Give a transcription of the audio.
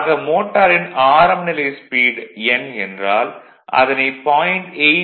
ஆக மோட்டாரின் ஆரம்ப நிலை ஸ்பீடு n என்றால் அதனை 0